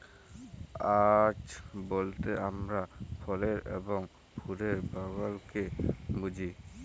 orchard বলতে হামরা ফলের এবং ফুলের বাগালকে বুঝি